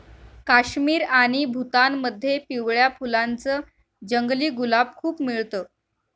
काश्मीर आणि भूतानमध्ये पिवळ्या फुलांच जंगली गुलाब खूप मिळत